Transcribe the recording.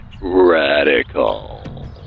radical